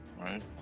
right